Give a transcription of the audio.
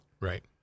Right